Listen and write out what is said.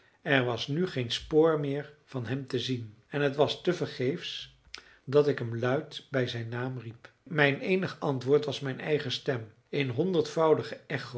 er was nu geen spoor meer van hem te zien en het was tevergeefs dat ik hem luid bij zijn naam riep mijn eenig antwoord was mijn eigen stem in